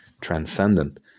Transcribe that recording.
transcendent